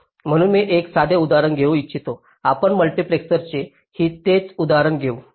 तर मी एक साधे उदाहरण घेऊ इच्छितो आपण मल्टिप्लेक्सरचे ही तेच उदाहरण घेऊ